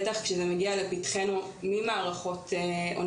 בטח כאשר זה מגיע לפתחנו ממערכות אוניברסליות,